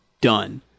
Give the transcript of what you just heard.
done